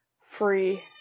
free